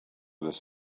this